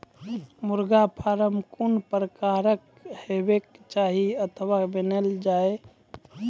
मुर्गा फार्म कून प्रकारक हेवाक चाही अथवा बनेल जाये?